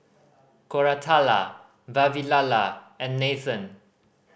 Koratala Vavilala and Nathan